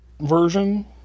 version